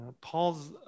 Paul's